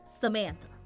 Samantha